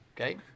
Okay